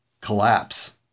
collapse